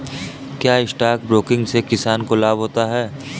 क्या stock broking से ग्राहक को लाभ होता है?